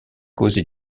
causer